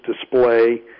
display